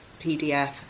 pdf